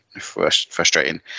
Frustrating